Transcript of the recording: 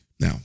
Now